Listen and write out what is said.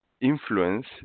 influence